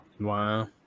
Wow